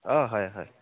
অঁ হয় হয়